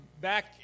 back